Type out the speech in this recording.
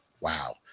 wow